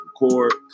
record